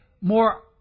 more